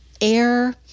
air